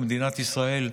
ומדינת ישראל,